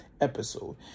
episode